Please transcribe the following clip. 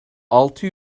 altı